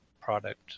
product